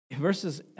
Verses